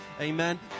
amen